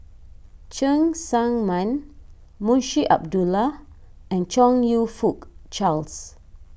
Cheng Tsang Man Munshi Abdullah and Chong You Fook Charles